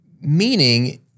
Meaning